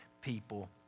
people